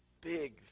big